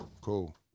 cool